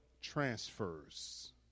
transfers